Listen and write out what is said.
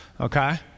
okay